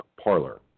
Parlor